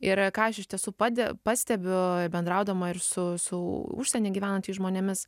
ir ką iš tiesų pade pastebiu bendraudama ir su su užsieny gyvenančiais žmonėmis